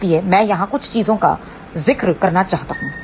इसलिए मैं यहां कुछ चीजों का जिक्र करना चाहता हूं